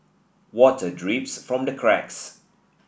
water drips from the cracks